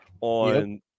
on